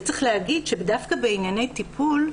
וצריך להגיד שדווקא בענייני טיפול,